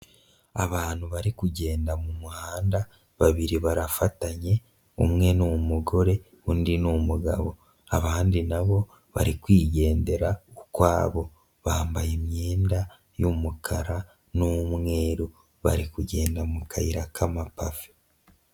Abantu bari kugenda mu muhanda babiri barafatanye, umwe n'u mugore undi n'umugabo, abandi nabo barikwigendera ukwabo bambaye imyenda y'umukara n'umweru, bari kugenda mu kayira k'amapave.